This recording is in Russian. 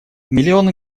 миллионы